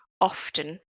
often